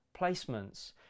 placements